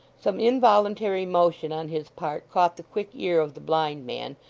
some involuntary motion on his part caught the quick ear of the blind man,